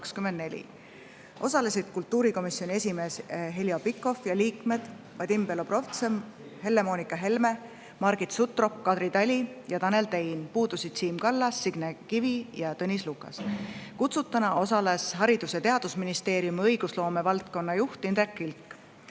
Osalesid kultuurikomisjoni esimees Heljo Pikhof ja liikmed Vadim Belobrovtsev, Helle-Moonika Helme, Margit Sutrop, Kadri Tali ja Tanel Tein, puudusid Siim Kallas, Signe Kivi ja Tõnis Lukas. Kutsutuna osales Haridus- ja Teadusministeeriumi õigusloome valdkonna juht Indrek Kilk.